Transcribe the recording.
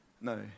no